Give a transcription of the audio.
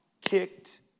kicked